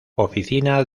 oficina